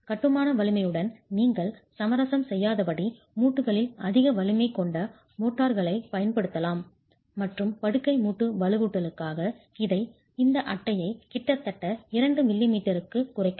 கட்டுமான வலிமையுடன் நீங்கள் சமரசம் செய்யாதபடி மூட்டுகளில் அதிக வலிமை கொண்ட மோர்ட்டார்களைப் பயன்படுத்தலாம் மற்றும் படுக்கை மூட்டு வலுவூட்டலுக்காக இந்த அட்டையை கிட்டத்தட்ட 2 மில்லிமீட்டருக்குக் குறைக்கலாம்